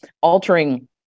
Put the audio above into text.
altering